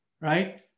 right